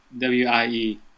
W-I-E